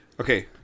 Okay